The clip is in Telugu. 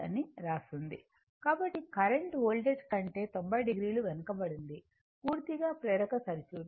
అని రాసుంది కాబట్టి కరెంట్ వోల్టేజ్ కంటే 90 o వెనుకబడింది పూర్తిగా ప్రేరక సర్క్యూట్